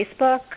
Facebook